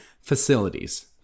facilities